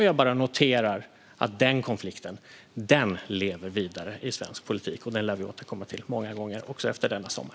Jag noterar att denna konflikt lever vidare i svensk politik. Den lär vi återkomma till många gånger - också efter denna sommar.